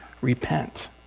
repent